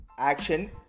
Action